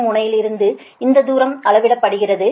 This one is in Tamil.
பெறும் முனையிலிருந்து இந்த தூரம் அளவிடப்படுகிறது